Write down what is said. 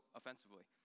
offensively